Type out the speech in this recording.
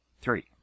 Three